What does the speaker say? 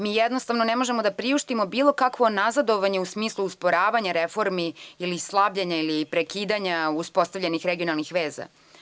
Mi jednostavno ne možemo da priuštimo bilo kakvo nazadovanje u smislu osporavanja reformi ili slabljenja ili prekidanja uspostavljenih regionalnih veza.